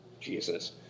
Jesus